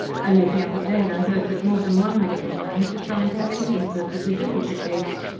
only the other day, i heard that more than one medical man had declined to have anything further to do with the case.